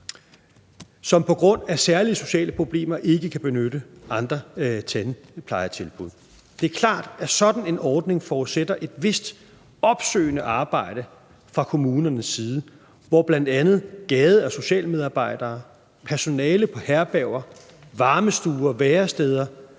som på grund af særlige sociale problemer ikke kan benytte andre tandplejetilbud. Det er klart, at sådan en ordning forudsætter et vist opsøgende arbejde fra kommunernes side, hvor bl.a. gade- og socialmedarbejdere, personale på herberger, varmestuer, væresteder,